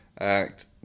act